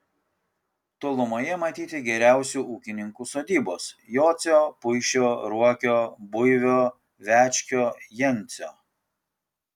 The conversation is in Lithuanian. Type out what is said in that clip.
tolumoje matyti geriausių ūkininkų sodybos jocio puišio ruokio buivio večkio jancio